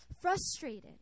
Frustrated